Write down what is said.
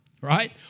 Right